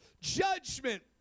Judgment